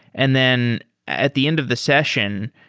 and then at the end of the session,